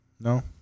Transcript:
No